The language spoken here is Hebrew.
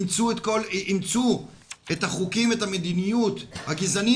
אימצו את החוקים ואת המדיניות הגזענים